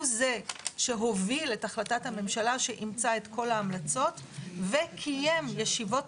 הוא זה שהוביל את החלטת הממשלה שאימצה את כל ההמלצות וקיים ישיבות